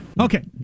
Okay